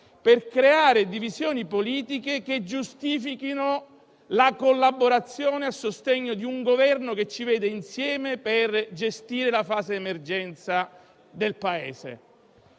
per creare divisioni politiche che giustifichino la collaborazione a sostegno di un Governo che ci vede insieme per gestire la fase emergenziale del Paese.